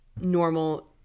normal